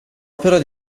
opera